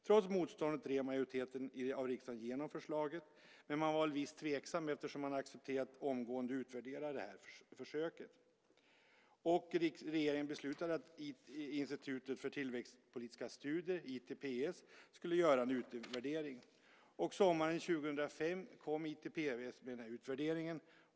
Trots motståndet drev majoriteten i riksdagen igenom förslaget, men man var visst tveksam eftersom man accepterade att omgående utvärdera det här försöket. Regeringen beslutade att Institutet för tillväxtpolitiska studier, ITPS, skulle göra en utvärdering. Sommaren 2005 kom ITPS utvärdering.